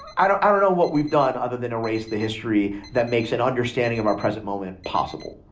i don't i don't know what we've done other than erase the history that makes an understanding of our present moment possible.